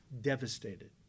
devastated